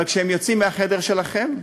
אבל כשהם יוצאים מהחדר שלכם,